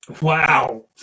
Wow